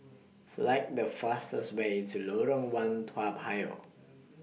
Select The fastest Way to Lorong one Toa Payoh